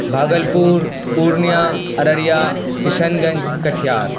Bhagalpur Purnia Araria Kishanganj Katihar